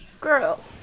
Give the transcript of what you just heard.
Girl